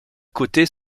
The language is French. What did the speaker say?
côtés